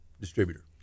distributor